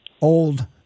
Old